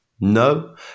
No